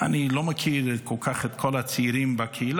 אני לא מכיר כל כך את כל הצעירים בקהילה,